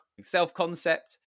self-concept